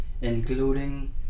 Including